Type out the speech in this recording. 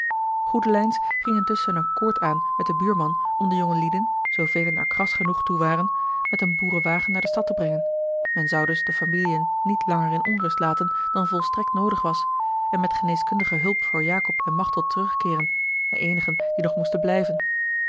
goedelijns ging intusschen een accoord aan met den buurman om de jongelieden zoovelen er kras genoeg toe waren met een boerenwagen naar de stad te brengen men zou dus de familiën niet langer in onrust laten dan volstrekt noodig was en met geneeskundige hulp voor jacob en machteld terugkeeren de eenigen die nog moesten blijven